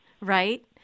Right